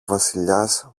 βασιλιάς